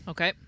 Okay